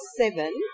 seven